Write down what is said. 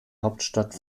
hauptstadt